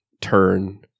turn